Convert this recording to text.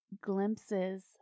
glimpses